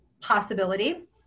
possibility